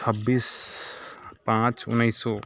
छब्बीस पाँच उनैस सओ